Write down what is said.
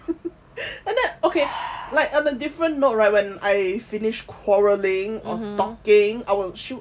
and then okay like on a different note right when I finished quarrelling or talking I would shoot